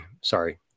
Sorry